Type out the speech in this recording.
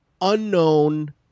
unknown